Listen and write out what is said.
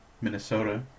Minnesota